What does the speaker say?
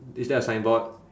is there a signboard